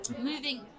Moving